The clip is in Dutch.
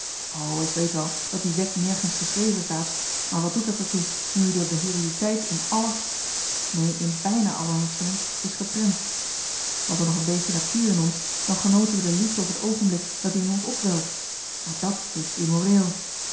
ik weet wel dat die wet nergens geschreven staat maar wat doet dat er toe nu i door de herediteit in alle neen in bijna alle hersenen is geprent was er nog een beetje natuur in ons dan genoten we de liefde op het oogenblik dat i in ons opwelt maar dat heet